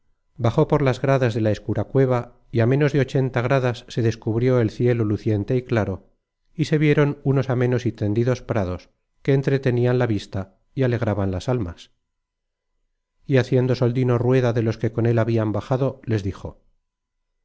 bajó por las gradas de la escura cueva y á ménos de ochenta gradas se descubrió el cielo luciente y claro y se vieron unos amenos y tendidos prados que entretenian la vista y alegraban las almas y haciendo soldino rueda de los que con él habian bajado les dijo